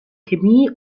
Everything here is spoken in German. chemie